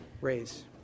raise